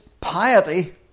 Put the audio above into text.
piety